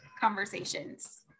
conversations